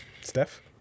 Steph